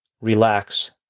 Relax